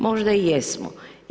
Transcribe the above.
Možda i jesno.